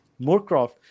Moorcroft